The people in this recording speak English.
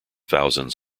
thousands